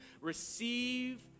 receive